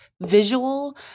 visual